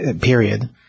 period